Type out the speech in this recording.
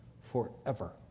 forever